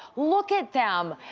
look at them.